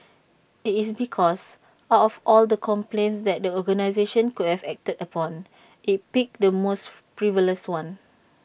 this is because out of all the complaints that the organisation could have acted upon IT picked the most frivolous one